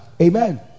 Amen